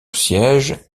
siège